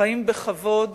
חיים בכבוד